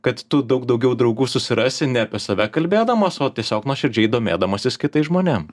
kad tu daug daugiau draugų susirasi ne apie save kalbėdamas o tiesiog nuoširdžiai domėdamasis kitais žmonėm